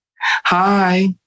Hi